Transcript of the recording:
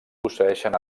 posseeixen